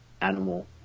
animal